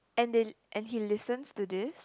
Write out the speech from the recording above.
and they and he listens to this